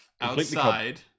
outside